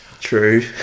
True